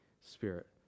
Spirit